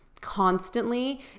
constantly